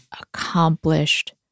accomplished